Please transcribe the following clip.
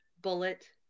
bullet